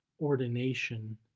ordination